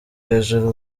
hejuru